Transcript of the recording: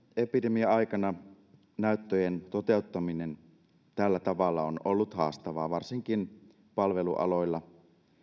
epidemian aikana näyttöjen toteuttaminen tällä tavalla on ollut haastavaa varsinkin palvelualoilla